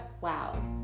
Wow